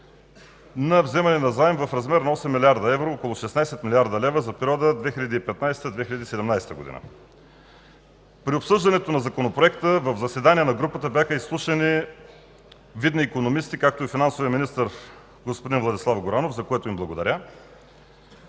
на вземане на заем в размер на 8 млрд. евро, около 16 млрд. лв., за периода 2015 – 2017 г. При обсъждането на Законопроекта в заседание на групата бяха изслушани видни икономисти, както и финансовият министър господин Владислав Горанов, за което им благодаря.